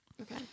Okay